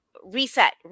reset